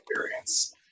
experience